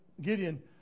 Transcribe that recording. Gideon